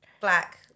Black